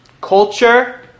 culture